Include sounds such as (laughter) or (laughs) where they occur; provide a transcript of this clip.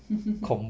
(laughs)